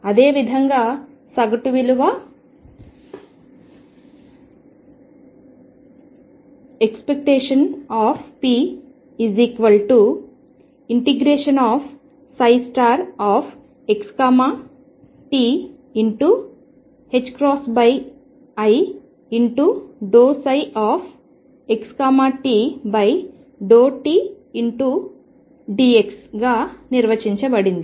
అదేవిధంగా సగటు విలువ ⟨p⟩ ∫xti∂ψxt∂t dx గా నిర్వచించబడింది